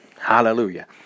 hallelujah